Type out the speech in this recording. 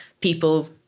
People